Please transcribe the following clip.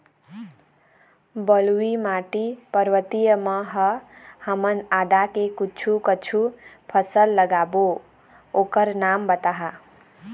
बलुई माटी पर्वतीय म ह हमन आदा के कुछू कछु फसल लगाबो ओकर नाम बताहा?